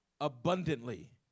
abundantly